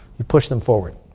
you push them forward.